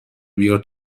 بیار